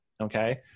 Okay